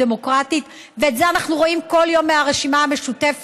ודמוקרטית" ואת זה אנחנו רואים כל יום מהרשימה המשותפת,